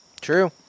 True